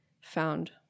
found